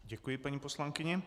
Děkuji paní poslankyni.